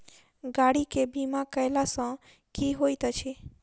गाड़ी केँ बीमा कैला सँ की होइत अछि?